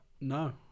no